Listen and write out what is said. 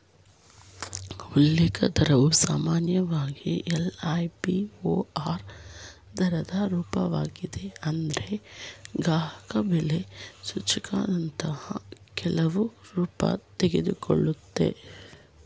ಉಲ್ಲೇಖ ದರವು ಸಾಮಾನ್ಯವಾಗಿ ಎಲ್.ಐ.ಬಿ.ಓ.ಆರ್ ದರದ ರೂಪವಾಗಿದೆ ಆದ್ರೆ ಗ್ರಾಹಕಬೆಲೆ ಸೂಚ್ಯಂಕದಂತಹ ಹಲವು ರೂಪ ತೆಗೆದುಕೊಳ್ಳುತ್ತೆ